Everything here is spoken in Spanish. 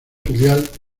filial